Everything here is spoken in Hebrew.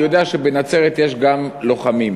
אני יודע שבנצרת יש גם לוחמים.